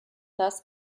das